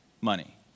money